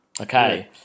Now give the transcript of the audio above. Okay